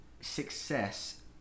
success